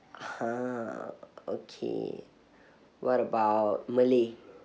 !huh! okay what about malay